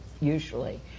usually